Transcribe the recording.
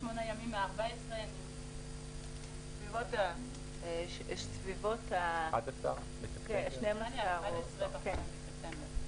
28 ימים עד 14. עד 11 או 12 בספטמבר.